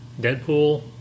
Deadpool